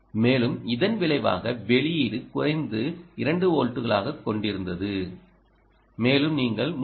மேலும் இதன் விளைவாக வெளியீடு குறைந்து 2 வோல்ட்டுகளாகக் கொண்டிருந்தது மேலும் நீங்கள் 3